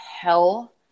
hell